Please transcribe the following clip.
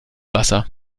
wasser